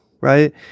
right